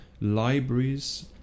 Libraries